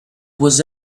was